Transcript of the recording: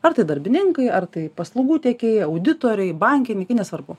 ar tai darbininkai ar tai paslaugų tiekėjai auditoriai bankininkai nesvarbu